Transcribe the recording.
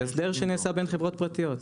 זה הסדר שנעשה בין חברות פרטיות.